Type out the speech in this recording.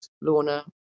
Lorna